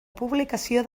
publicació